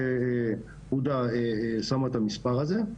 שהודא שמה את המספר הזה.